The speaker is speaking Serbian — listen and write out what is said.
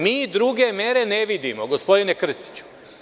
Mi druge mere ne vidimo, gospodine Krstiću.